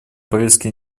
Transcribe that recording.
повестки